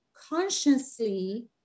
consciously